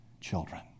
children